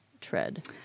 tread